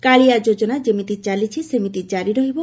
କାଳିଆ ଯୋଜନା ଯେମିତି ଚାଲିଛି ସେମିତି କାରି ରହିବ